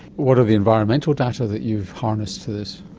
what are the environmental data that you've harnessed for this?